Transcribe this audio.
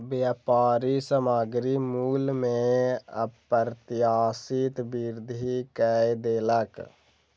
व्यापारी सामग्री मूल्य में अप्रत्याशित वृद्धि कय देलक